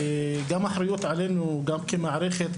וגם האחריות עלינו גם כמערכת,